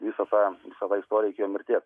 visą tą sava istorija iki jo mirties